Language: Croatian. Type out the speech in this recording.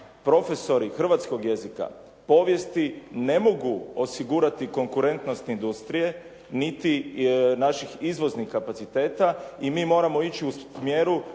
profesori hrvatskoga jezika, povijesti ne mogu osigurati konkurentnost industrije niti naših izvoznih kapaciteta i mi moramo ići u mjeru